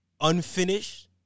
unfinished